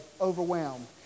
overwhelmed